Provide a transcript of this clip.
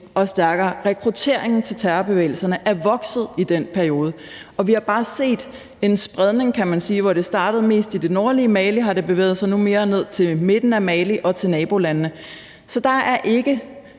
også stærkere, og rekrutteringen til terrorbevægelserne er vokset i den periode. Vi har bare set en spredning, kan man sige; altså, hvor det startede mest i det nordlige Mali, har det nu bevæget sig mere ned til midten af Mali og til nabolandene. Så der er ikke